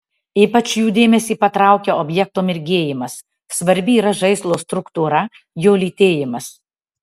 ypač jų dėmesį patraukia objekto mirgėjimas svarbi yra žaislo struktūra jo lytėjimas